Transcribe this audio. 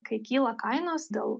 kai kyla kainos dėl